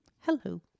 Hello